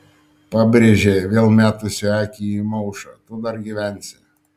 pabrėžė vėl metusi akį į maušą tu dar gyvensi